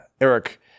Eric